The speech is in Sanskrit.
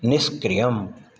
निष्क्रियम्